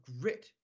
grit